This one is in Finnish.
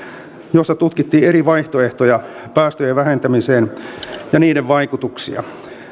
jossa tutkittiin eri vaihtoehtoja päästöjen vähentämiseen ja niiden vaikutuksia